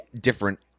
different